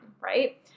right